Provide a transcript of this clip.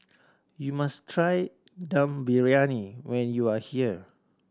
you must try Dum Briyani when you are here